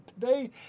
today